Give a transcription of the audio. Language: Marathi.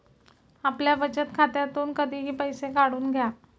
आपल्या बचत खात्यातून कधीही पैसे काढून घ्या